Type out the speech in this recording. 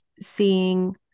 seeing